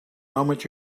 moment